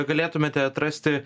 galėtumėte atrasti